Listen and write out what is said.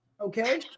Okay